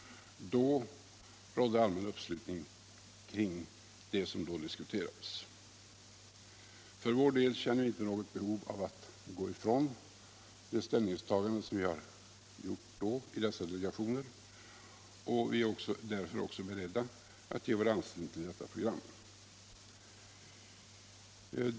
Då rådde allmän uppslutning kring programmet. För vår del känner vi inte något behov av att gå ifrån ställningstagandet i dessa delegationer och är därför också beredda att ge vår anslutning till detta program.